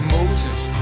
Moses